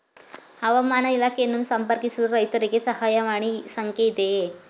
ಹವಾಮಾನ ಇಲಾಖೆಯನ್ನು ಸಂಪರ್ಕಿಸಲು ರೈತರಿಗೆ ಸಹಾಯವಾಣಿ ಸಂಖ್ಯೆ ಇದೆಯೇ?